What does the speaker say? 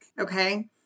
okay